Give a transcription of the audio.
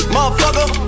Motherfucker